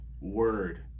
word